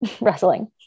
wrestling